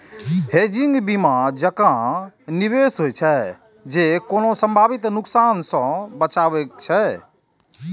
hedging बीमा जकां निवेश होइ छै, जे कोनो संभावित नुकसान सं बचाबै छै